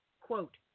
Quote